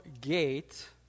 gate